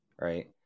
Right